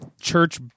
church